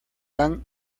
han